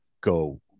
go